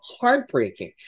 heartbreaking